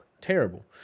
terrible